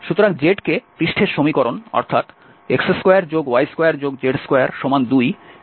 সুতরাং z কে পৃষ্ঠের সমীকরণ অর্থাৎ x2y2z22 থেকে অবশ্যই প্রতিস্থাপন করতে হবে